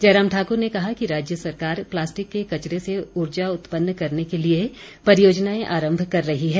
जयराम ठाक्र ने कहा कि राज्य सरकार प्लास्टिक के कचरे से ऊर्जा उत्पन्न करने के लिए परियोजनाएं आरम्भ कर रही है